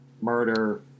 murder